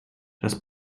dass